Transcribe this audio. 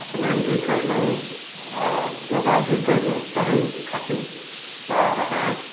स्नान भी कयलहुँ आओर योगा भी कयलहुँ तैरय खातिर पयर हाथ